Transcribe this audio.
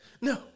No